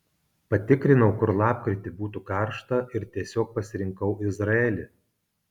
patikrinau kur lapkritį būtų karšta ir tiesiog pasirinkau izraelį